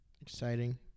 Exciting